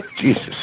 Jesus